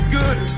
good